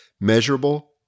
Measurable